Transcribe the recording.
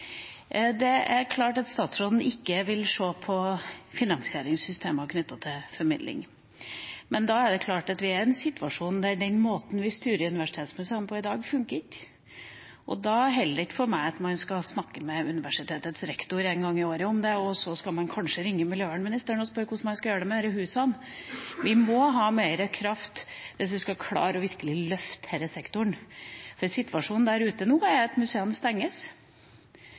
Det er klart at statsråden ikke vil se på finansieringssystemet knyttet til formidling, men vi er i en situasjon der den måten vi styrer universitetsmuseene på i dag, ikke fungerer. Da holder det ikke for meg at man snakker med universitetets rektor en gang i året om det, og så ringer man kanskje miljøvernministeren og spør hvordan man skal gjøre det med husene. Vi må ha mer kraft hvis vi virkelig skal klare å løfte denne sektoren, for situasjonen der ute er nå at museene stenges